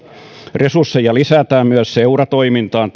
resursseja lisätään myös seuratoimintaan